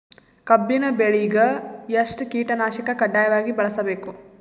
ಕಬ್ಬಿನ್ ಬೆಳಿಗ ಎಷ್ಟ ಕೀಟನಾಶಕ ಕಡ್ಡಾಯವಾಗಿ ಬಳಸಬೇಕು?